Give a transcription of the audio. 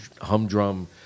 humdrum